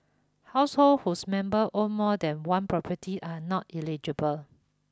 households whose member own more than one property are not eligible